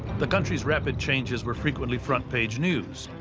the country's rapid changes were frequently front-page news.